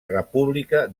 república